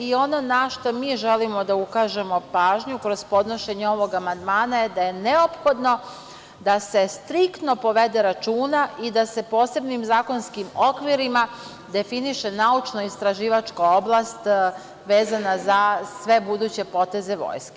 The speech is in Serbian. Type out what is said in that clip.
Ono na šta mi želimo da ukažemo pažnju kroz podnošenje ovog amandman da je neophodno da se striktno povede računa i da se posebnim zakonskim okvirima definiše naučno-istraživačka oblast, vezana sve buduće poteze vojske.